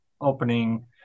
opening